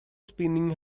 spinning